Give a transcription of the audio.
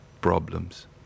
problems